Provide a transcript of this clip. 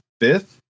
fifth